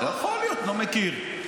יכול להיות, לא מכיר.